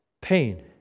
pain